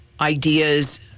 ideas